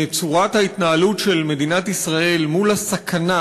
צורת ההתנהלות של מדינת ישראל מול הסכנה